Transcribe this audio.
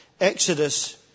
exodus